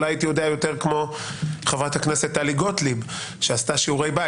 אולי הייתי יודע יותר כמו חברת הכנסת טלי גוטליב שעשתה שיעורי בית.